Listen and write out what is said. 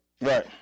Right